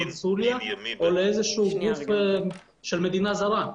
קונסוליה או לאיזה שהוא גוף של מדינה זרה.